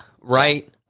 Right